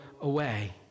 away